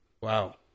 Wow